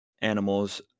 animals